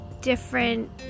different